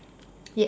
yes